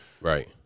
Right